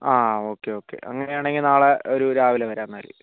ആ okay okay അങ്ങനെയാണെങ്കിൽ നാളെ ഒരു രാവിലെ വരാം എന്നാൽ